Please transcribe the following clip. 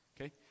okay